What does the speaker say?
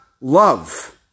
love